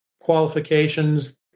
qualifications